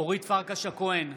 אורית פרקש הכהן,